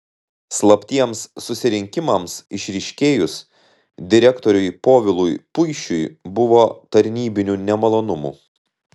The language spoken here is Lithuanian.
slaptiems susirinkimams išryškėjus direktoriui povilui puišiui buvo tarnybinių nemalonumų